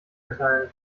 erteilen